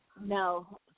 No